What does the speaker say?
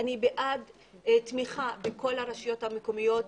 אני בעד תמיכה בכל הרשויות המקומיות,